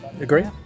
Agree